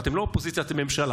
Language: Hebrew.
ואתם לא אופוזיציה, אתם ממשלה.